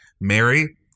Mary